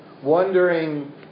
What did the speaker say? Wondering